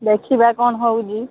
ଦେଖିବା କ'ଣ ହେଉଛି